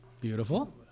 Beautiful